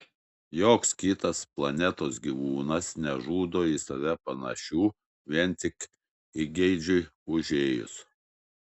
joks kitas planetos gyvūnas nežudo į save panašių vien tik įgeidžiui užėjus